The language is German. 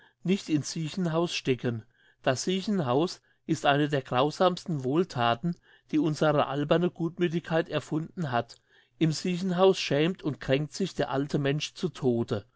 nicht in's siechenhaus stecken das siechenhaus ist eine der grausamsten wohlthaten die unsere alberne gutmüthigkeit erfunden hat im siechenhaus schämt und kränkt sich der alte mensch zu tode